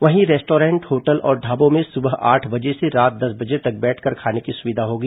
वहीं restaurant hotel और ढाबों में सुबह आठ बजे से रात दस बजे तक बैठकर खाने की सुविधा होगी